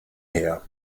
her